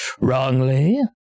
wrongly